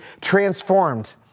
transformed